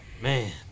Man